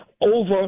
over